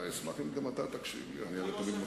אשמח אם גם אתה תקשיב לי, אני הרי תמיד מקשיב לך.